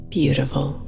Beautiful